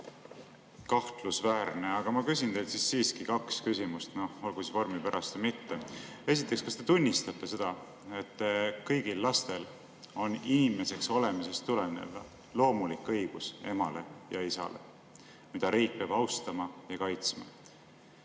kahtlusväärne, aga ma küsin teilt siiski kaks küsimust, olgu siis vormi pärast või mitte. Esiteks, kas te tunnistate seda, et kõigil lastel on inimeseks olemisest tulenev loomulik õigus emale ja isale, mida riik peab austama ja kaitsma?